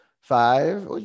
Five